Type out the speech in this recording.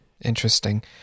Interesting